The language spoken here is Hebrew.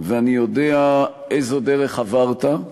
ואני יודע איזו דרך עברת,